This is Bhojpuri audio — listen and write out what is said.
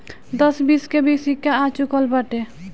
दस बीस के भी सिक्का आ चूकल बाटे